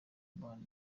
umubano